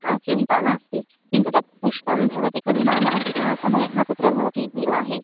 हा चिन्ता नास्ति किन्तु तत् पुष्पं भवति खलु नाम अधिकः समयः तत्र भवति विवाहे